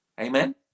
Amen